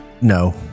No